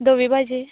धवी भाजी